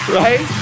right